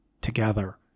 together